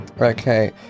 Okay